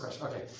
Okay